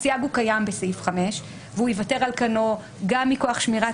הסייג קיים בסעיף 5 והוא ייוותר על כנו גם מכוח שמירת